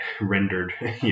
rendered